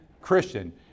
Christian